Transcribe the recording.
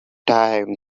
time